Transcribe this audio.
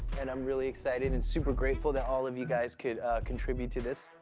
and i'm really excited and super grateful that all of you guys could contribute to this.